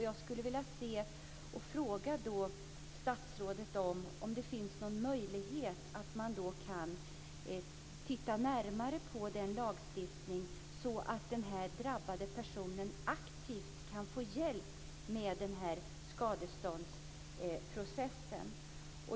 Jag skulle vilja fråga statsrådet om det finns någon möjlighet att titta närmare på den lagstiftningen, så att den drabbade personen aktivt kan få hjälp med den här skadeståndsprocessen.